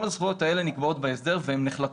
כל הזכויות האלה נקבעות בהסדר והן נחלטות.